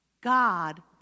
God